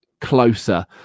closer